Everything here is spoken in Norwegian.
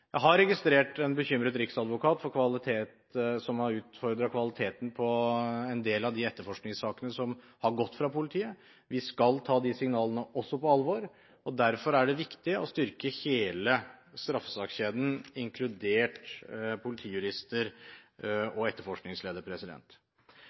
Jeg har registrert en bekymret riksadvokat som har utfordret kvaliteten på en del av de etterforskningssakene som har gått fra politiet. Vi skal ta de signalene også på alvor. Derfor er det viktig å styrke hele straffesakskjeden, inkludert politijurister